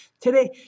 today